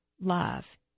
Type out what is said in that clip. love